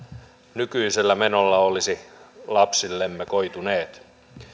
nykyisellä menolla olisivat lapsillemme koituneet